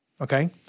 Okay